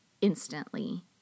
instantly